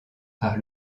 par